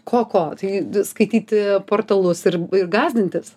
ko ko tai skaityti portalus ir ir gąsdintis